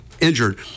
injured